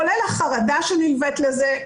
כולל החרדה שנלווית לזה,